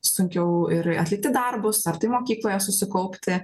sunkiau ir atlikti darbus ar tai mokykloje susikaupti